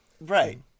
Right